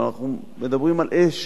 אבל אנחנו מדברים על אש